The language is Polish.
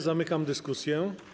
Zamykam dyskusję.